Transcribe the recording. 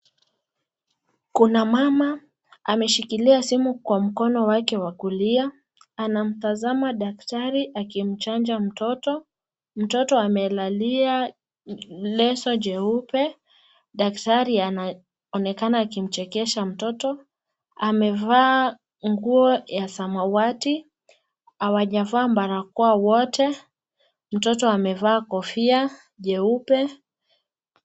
Kuna mama ameshikilia simu kwa mkono wake wa kulia anamtazama daktari akimchanja mtoto. Mtoto amelalia leso jeupe. Daktari anaonekana akimchekesha mtoto. Amevaa nguo ya samawati, hawajavaa barakoa wote. Mtoto amevaa kofia jeupe.